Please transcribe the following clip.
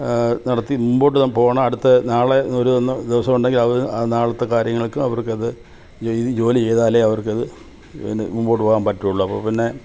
നടത്തി മുമ്പോട്ട് പോകണം അടുത്ത നാളെ എന്നൊരു ഒന്ന് ദിവസമുണ്ടെങ്കിൽ അത് അത് നാളത്തെ കാര്യങ്ങൾക്ക് അവർക്കത് ചെയ്ത് ജോലി ചെയ്താലേ അവർക്കത് പിന്നെ മുമ്പോട്ട് പോകാൻ പറ്റുള്ളൂ അപ്പം പിന്നെ